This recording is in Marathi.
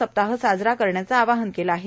सप्ताह साजरा करण्याचे आवाहन केले आहे